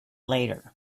later